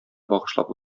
багышлап